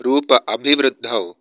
रूप अभिवृद्धौ